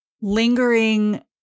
lingering